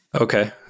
Okay